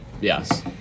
yes